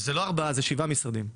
זה לא ארבעה, זה שבעה משרדים.